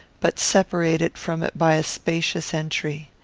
but separated from it by a spacious entry.